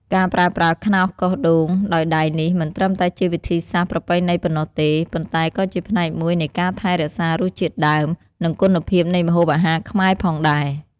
ការប្រើប្រាស់ខ្នោសកោសដូងដោយដៃនេះ មិនត្រឹមតែជាវិធីសាស្រ្តប្រពៃណីប៉ុណ្ណោះទេ ប៉ុន្តែក៏ជាផ្នែកមួយនៃការថែរក្សារសជាតិដើម និងគុណភាពនៃម្ហូបអាហារខ្មែរផងដែរ។